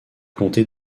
comté